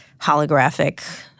holographic